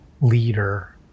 leader